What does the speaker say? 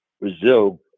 Brazil